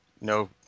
No